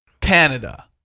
Canada